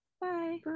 Bye